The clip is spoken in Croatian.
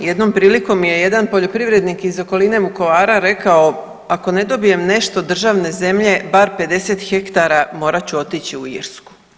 Jednom prilikom je jedan poljoprivrednik iz okoline Vukovara rekao ako ne dobijem nešto državne zemlje, bar 50 hektara morat ću otići u Irsku.